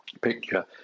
picture